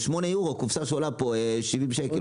8 יורו קופסא שעולה פה 70 שקל,